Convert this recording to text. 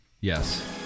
Yes